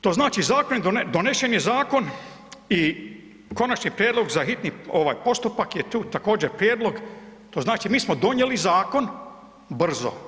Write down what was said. To znači zakon, donešen je zakon i konačni prijedlog za hitni ovaj postupak je tu također prijedlog, to znači mi smo donijeli zakon brzo.